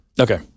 Okay